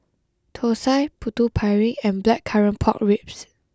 Thosai Putu Piring and Blackcurrant Pork Ribs